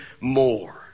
more